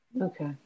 Okay